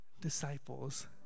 disciples